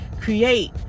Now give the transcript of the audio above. create